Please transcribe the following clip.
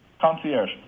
Concierge